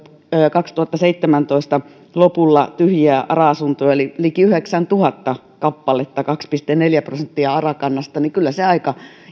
kaksituhattaseitsemäntoista lopulla tyhjiä ara asuntoja oli liki yhdeksäntuhatta kappaletta kaksi pilkku neljä prosenttia ara kannasta niin kyllä se aika